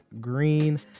Green